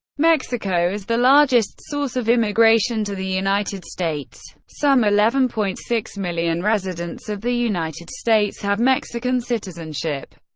mexico is the largest source of immigration to the united states. some eleven point six million residents of the united states have mexican citizenship.